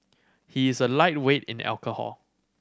he is a lightweight in alcohol